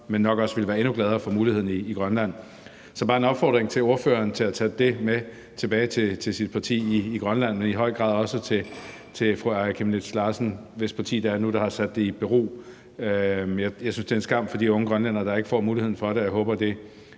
men nok også ville være endnu gladere for muligheden for at aftjene værnepligt i Grønland. Så det er bare en opfordring til ordføreren om at tage det med tilbage til sit parti i Grønland og i høj grad også til fru Aaja Chemnitz Larsen, hvis parti nu har sat det i bero. Jeg synes, det er en skam for de unge grønlændere, der ikke får muligheden for det, og jeg håber, at